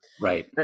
Right